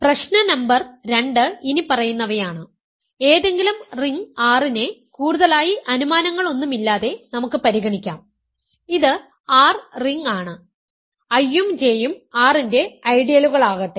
പ്രശ്ന നമ്പർ 2 ഇനിപ്പറയുന്നവയാണ് ഏതെങ്കിലും റിംഗ് R യെ കൂടുതലായി അനുമാനങ്ങൾ ഒന്നുമില്ലാതെ നമുക്ക് പരിഗണിക്കാം ഇത് R റിംഗ് ആണ് I ഉം J ഉം R ന്റെ ഐഡിയലുകളാകട്ടെ